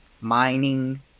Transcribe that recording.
mining